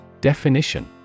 Definition